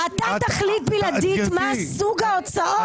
אתה תחליט בלעדית מה סוג ההוצאות.